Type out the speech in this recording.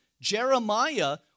Jeremiah